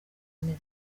imeze